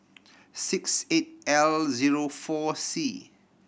six eight L zero four C